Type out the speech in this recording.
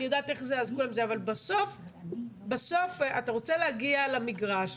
אבל בסוף אתה רוצה להגיע למגרש,